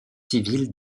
civile